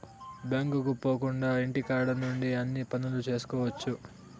బ్యాంకుకు పోకుండా ఇంటికాడ నుండి అన్ని పనులు చేసుకోవచ్చు